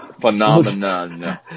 phenomenon